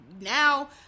now